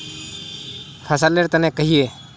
फसल लेर तने कहिए?